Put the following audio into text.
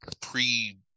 pre